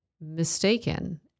mistaken